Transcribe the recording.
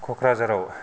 क'क्राझाराव